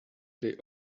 they